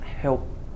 help